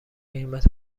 قیمت